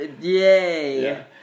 yay